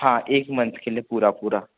हाँ एक मन्थ के लिए पूरा पूरा